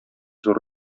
зур